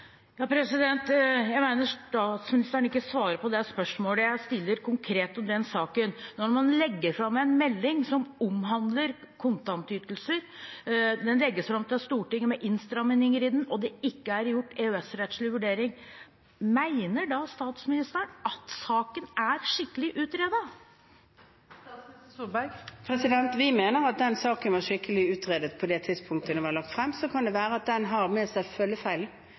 det spørsmålet jeg stiller konkret om den saken. Når man legger fram en melding til Stortinget som omhandler kontantytelser, om innstramminger i den, og det ikke er gjort EØS-rettslig vurdering, mener da statsministeren at saken er skikkelig utredet? Vi mener at den saken var skikkelig utredet på det tidspunktet den var lagt frem. Så kan det være at den har med seg følgefeil,